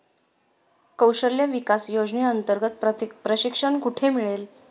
कौशल्य विकास योजनेअंतर्गत प्रशिक्षण कुठे मिळेल?